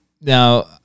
now